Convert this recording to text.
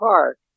Park